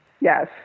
Yes